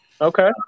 Okay